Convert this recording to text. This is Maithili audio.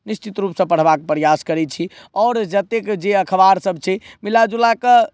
निश्चित रुपसँ पढ़बाक प्रयास करै छी आओर जतेक जे अखबार सभ छै मिला जुलाकऽ